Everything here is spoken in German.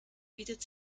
bietet